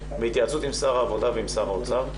בהתייעצות עם שר העבודה ועם שר האוצר,